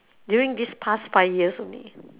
during these past five years only